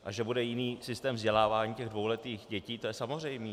A že bude jiný systém vzdělávání těch dvouletých dětí, to je samozřejmé.